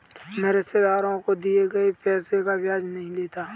मैं रिश्तेदारों को दिए गए पैसे का ब्याज नहीं लेता